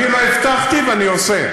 אני לא הבטחתי ואני עושה,